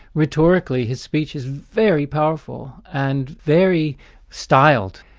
rhetorically his speech is very powerful, and very styled.